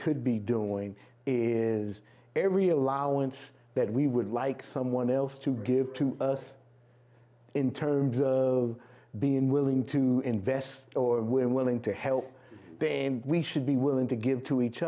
could be doing is every allowance that we would like someone else to give to us in terms of being willing to invest or we're willing to help then we should be willing to give to each